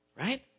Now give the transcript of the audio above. Right